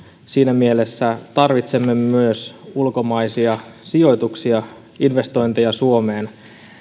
siinä mielessä tarvitsemme myös ulkomaisia sijoituksia investointeja suomeen